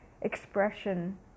expression